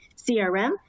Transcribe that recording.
CRM